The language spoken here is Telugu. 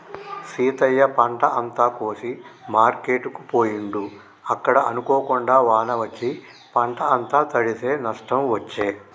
సీతయ్య పంట అంత కోసి మార్కెట్ కు పోయిండు అక్కడ అనుకోకుండా వాన వచ్చి పంట అంత తడిశె నష్టం వచ్చే